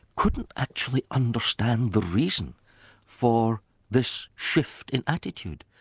couldn't actually understand the reason for this shift in attitude,